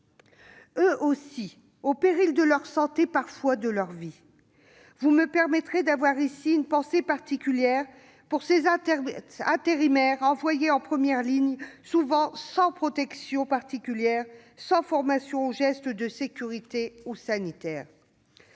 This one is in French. eux aussi au péril de leur santé, parfois de leur vie. Permettez-moi d'avoir une pensée particulière pour ces intérimaires envoyés en première ligne, souvent sans protection particulière, sans formation aux gestes de sécurité ou sanitaires,